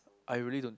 I really don't think